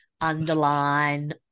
underline